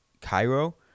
Cairo